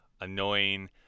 annoying